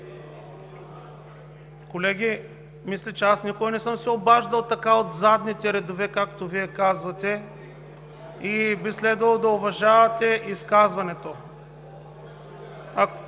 Колеги, мисля, че аз никога не съм се обаждал така от задните редове, както Вие правите, и би следвало да уважавате изказването.